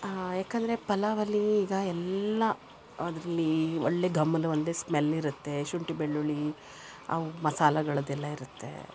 ಏಕಂದ್ರೆ ಪಲಾವಲ್ಲಿ ಈಗ ಎಲ್ಲ ಅದ್ರಲ್ಲಿ ಒಳ್ಳೆಯ ಗಮಲು ಅಂದ್ರೆ ಸ್ಮೆಲ್ಲಿರುತ್ತೆ ಶುಂಠಿ ಬೆಳ್ಳುಳ್ಳಿ ಅವು ಮಸಾಲೆಗಳದೆಲ್ಲ ಇರುತ್ತೆ